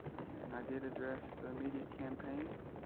and i did address the immediate campaigns.